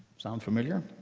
sound familiar?